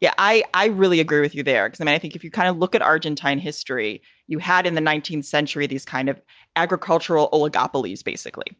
yeah, i i really agree with you there. and i think if you kind of look at argentine history you had in the nineteenth century, these kind of agricultural oligopolies basically,